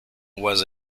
was